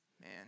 Man